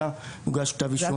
אלא יוגש כתב אישום בעבירות אחרות.